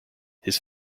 his